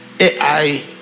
AI